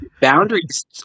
boundaries